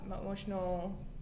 Emotional